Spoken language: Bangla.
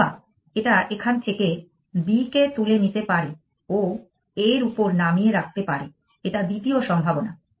অথবা এটা এখান থেকে B কে তুলে নিতে পারে ও A র উপর নামিয়ে রাখতে পারে এটা দ্বিতীয় সম্ভাবনা